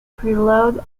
prelude